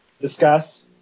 discuss